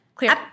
Clear